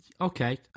okay